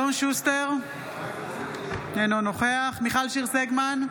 אלון שוסטר, אינו נוכח מיכל שיר סגמן,